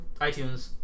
iTunes